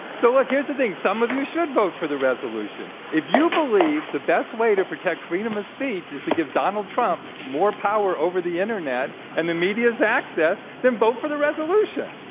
so, look, here's the thing. some of you should vote for the resolution. if you believe the best way to protect freedom of speech is to give donald trump more power over the internet and the media's access, then vote for the resolution,